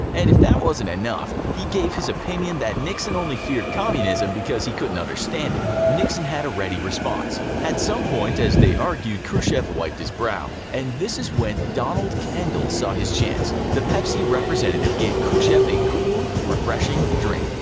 if that wasn't enough, he gave his opinion that nixon only feared communism because he couldn't understand it. nixon had a ready response. at some point as they argued, khrushchev wiped his brow. and this was when donald kendall saw his chance. the pepsi representative gave khrushchev a cool, refreshing drink.